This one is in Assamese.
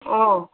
অঁ